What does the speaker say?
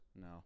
No